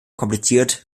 kompliziert